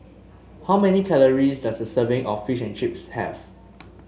how many calories does a serving of Fish and Chips have